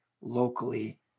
locally